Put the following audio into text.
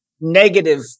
negative